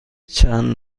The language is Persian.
چند